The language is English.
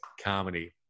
Comedy